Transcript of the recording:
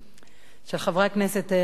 של חברי הכנסת אריה אלדד,